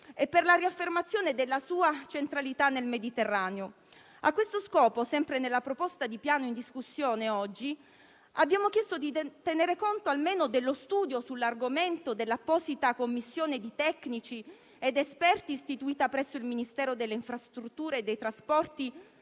e per la riaffermazione della sua centralità nel Mediterraneo. A questo scopo, sempre nella proposta di Piano oggi in discussione, abbiamo chiesto di tenere conto almeno dello studio sull'argomento dell'apposita commissione di tecnici ed esperti, istituita presso il Ministero delle infrastrutture e dei trasporti